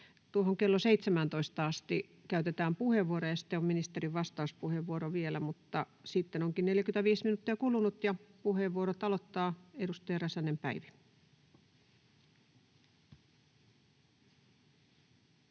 Kello 17 asti käytetään puheenvuoroja, ja sitten on ministerin vastauspuheenvuoro vielä, mutta sitten onkin 45 minuuttia kulunut. — Ja puheenvuorot aloittaa edustaja Räsänen, Päivi.